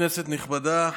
כנסת נכבדה,